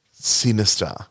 sinister